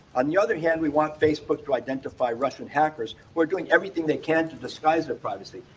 on the other hand, we want facebook to identify russian hackers who are doing everything they can to disguise their privacy.